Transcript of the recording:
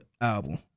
album